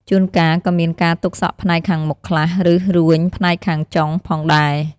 ជួនកាលក៏មានការទុកសក់ផ្នែកខាងមុខខ្លះ ឬរួញផ្នែកខាងចុងផងដែរ។